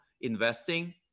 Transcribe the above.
investing